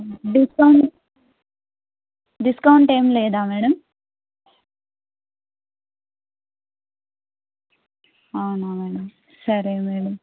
discount discount ఏం లేదా madam అవునా మేడం సరే మేడం